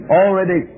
already